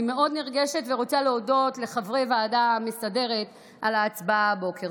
אני מאוד נרגשת ורוצה להודות לחברי הוועדה המסדרת על ההצבעה הבוקר.